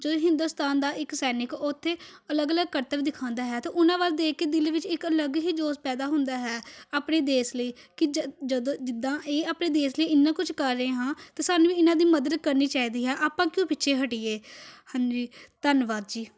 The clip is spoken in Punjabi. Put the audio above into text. ਜਦੋਂ ਹਿੰਦੁਸਤਾਨ ਦਾ ਇੱਕ ਸੈਨਿਕ ਉੱਥੇ ਅਲੱਗ ਅਲੱਗ ਕਰਤੱਵ ਦਿਖਾਉਂਦਾ ਹੈ ਤਾਂ ਉਹਨਾਂ ਵੱਲ ਦੇਖ ਕੇ ਦਿਲ ਵਿੱਚ ਇੱਕ ਅਲੱਗ ਹੀ ਜੋਸ਼ ਪੈਦਾ ਹੁੰਦਾ ਹੈ ਆਪਣੇ ਦੇਸ਼ ਲਈ ਕਿ ਜ ਜਦੋਂ ਜਿੱਦਾਂ ਇਹ ਆਪਣੇ ਦੇਸ਼ ਲਈ ਇੰਨਾ ਕੁਝ ਕਰ ਰਹੇ ਹਾਂ ਤਾਂ ਸਾਨੂੰ ਵੀ ਇਹਨਾਂ ਦੀ ਮਦਦ ਕਰਨੀ ਚਾਹੀਦੀ ਹੈ ਆਪਾਂ ਕਿਉਂ ਪਿੱਛੇ ਹਟੀਏ ਹਾਂਜੀ ਧੰਨਵਾਦ ਜੀ